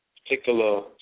particular